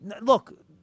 look